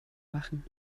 machen